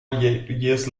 years